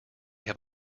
have